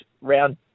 round